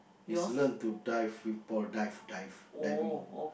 is learn to dive with Paul dive dive diving